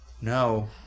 No